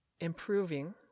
improving